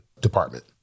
department